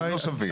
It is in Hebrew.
זה לא סביר.